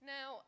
Now